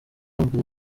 mbere